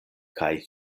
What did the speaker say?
kaj